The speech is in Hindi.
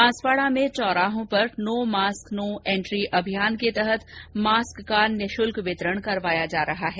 बांसवाडा में चौराहों पर नो मास्क नो एन्ट्री के तहत मास्क का निःशुल्क वितरण करवाया जा रहा है